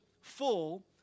full